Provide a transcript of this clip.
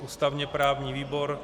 Ústavněprávní výbor